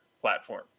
platform